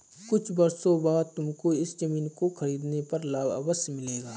कुछ वर्षों बाद तुमको इस ज़मीन को खरीदने पर लाभ अवश्य मिलेगा